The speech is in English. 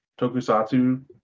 Tokusatsu